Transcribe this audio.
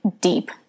deep